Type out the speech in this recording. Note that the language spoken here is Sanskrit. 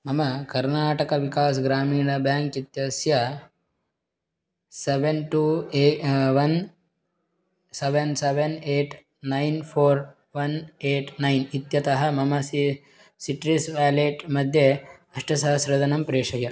मम कर्नाटकविकास् ग्रामीण बेङ्क् इत्यस्य seven two A one seven seven at nine four one at nine इत्यतः मम सि सिट्रस् वालेट् मध्ये अष्टसहस्रं धनं प्रेषय